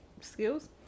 skills